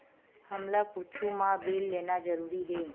हमला कुछु मा बिल लेना जरूरी हे?